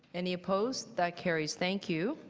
any opposed? that carries. thank you.